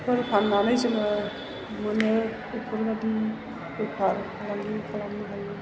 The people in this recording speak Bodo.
फोर फाननानै जोङो मोनो बेफोरबादि बेफार फालांगि खालामनो हायो